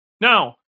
Now